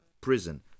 prison